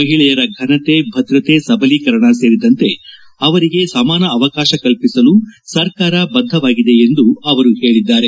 ಮಹಿಳೆಯರ ಫನತೆ ಭದ್ರತೆ ಸಬಲೀಕರಣ ಸೇರಿದಂತೆ ಅವರಿಗೆ ಸಮಾನ ಅವಕಾಶ ಕಲ್ಪಿಸಲು ಸರ್ಕಾರ ಬದ್ದವಾಗಿದೆ ಎಂದು ಅವರು ಹೇಳಿದ್ದಾರೆ